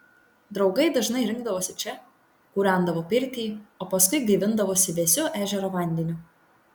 draugai dažnai rinkdavosi čia kūrendavo pirtį o paskui gaivindavosi vėsiu ežero vandeniu